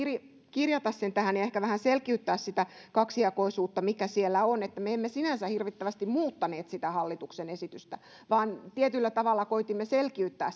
kirjata sen tähän ja ehkä vähän selkiyttää sitä kaksijakoisuutta mikä siellä on me emme sinänsä hirvittävästi muuttaneet sitä hallituksen esitystä vaan tietyllä tavalla koetimme selkiyttää